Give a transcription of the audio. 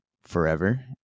forever